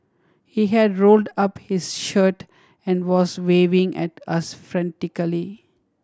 he had rolled up his shirt and was waving at us frantically